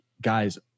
guys